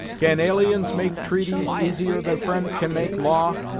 can aliens make treaties easier than friends can make law?